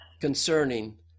concerning